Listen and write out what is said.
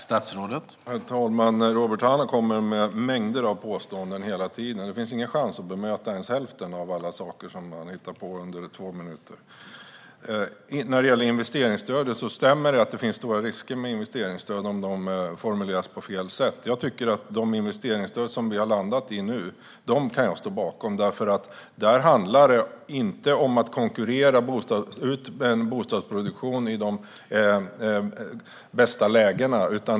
Herr talman! Robert Hannah kommer med mängder av påståenden hela tiden. Det finns ingen chans att bemöta ens hälften av allt som han hittar på under två minuter. När det gäller investeringsstödet stämmer det att det finns stora risker med investeringsstöd om de formuleras på fel sätt. De investeringsstöd som vi har landat i nu kan jag stå bakom. Det handlar inte om att konkurrera ut bostadsproduktion på de bästa lägena.